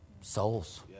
Souls